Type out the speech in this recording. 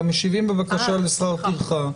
"המשיבים בבקשה לשכר טרחה".